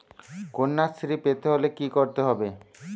কন্যাশ্রী পেতে হলে কি করতে হবে?